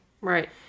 Right